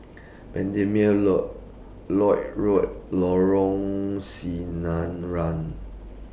Bendemeer Lloyd Road Lorong Sinaran